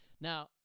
Now